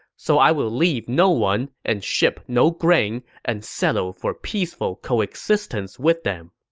so i will leave no one and ship no grain and settle for peaceful co-existence with them.